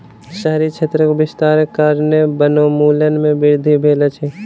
शहरी क्षेत्रक विस्तारक कारणेँ वनोन्मूलन में वृद्धि भेल अछि